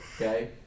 Okay